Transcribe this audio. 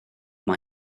mae